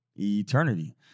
eternity